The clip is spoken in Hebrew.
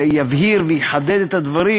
שיבהיר ויחדד את הדברים,